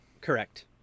Correct